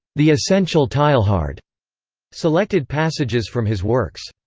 the essential teilhard selected passages from his works.